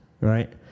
right